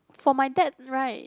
for my dad right